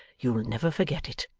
you'll never forget it.